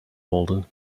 walden